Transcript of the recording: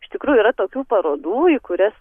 iš tikrųjų yra tokių parodų į kurias